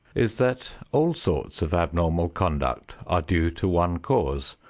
is that all sorts of abnormal conduct are due to one cause,